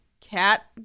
cat